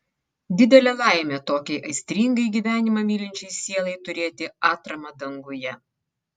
didelė laimė tokiai aistringai gyvenimą mylinčiai sielai turėti atramą danguje